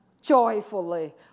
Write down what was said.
joyfully